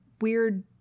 weird